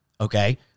Okay